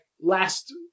last